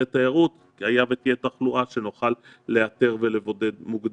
תיירות כך שהיה ותהיה תחלואה אז שנוכל לאתר ולבודד מוקדם.